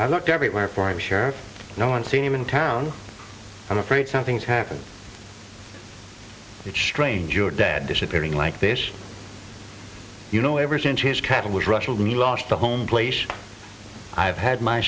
i looked everywhere for i'm sure no one seem in town i'm afraid something's happened it's strange you're dead disappearing like this you know ever since his cattle was rushing to me last the home place i've had my